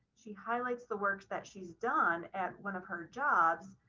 she highlights the work that she's done at one of her jobs,